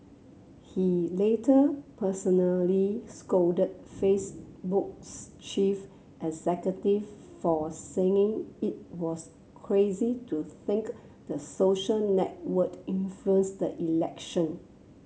he later personally scolded Facebook's chief executive for saying it was crazy to think the social network influenced the election